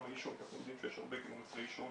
העישון כי אנחנו יודעים שיש הרבה מוצרי עישון